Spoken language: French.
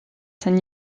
saint